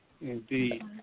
indeed